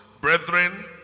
brethren